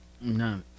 No